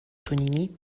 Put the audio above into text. tonini